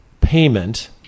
payment